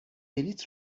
بلیط